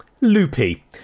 loopy